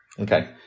Okay